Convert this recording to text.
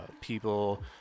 People